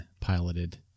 piloted